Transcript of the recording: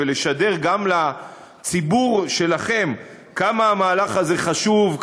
ולשדר גם לציבור שלכם כמה המהלך הזה חשוב,